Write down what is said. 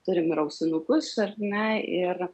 turim ir ausinukus ar ne ir